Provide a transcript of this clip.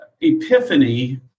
Epiphany